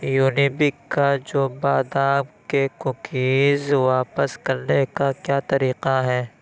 Unibic کاجو بادام کے کوکیز واپس کرنے کا کیا طریقہ ہے